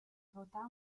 portare